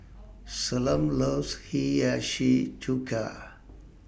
Salome loves Hiyashi Chuka